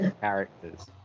characters